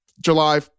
July